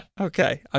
Okay